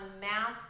math